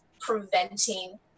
preventing